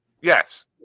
yes